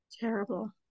Terrible